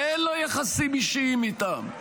שאין לו יחסים אישיים איתם,